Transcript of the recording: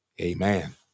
Amen